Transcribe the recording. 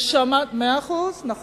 מאה אחוז, נכון.